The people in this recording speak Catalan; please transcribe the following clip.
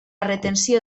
retenció